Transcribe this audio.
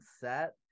set